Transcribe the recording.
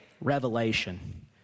Revelation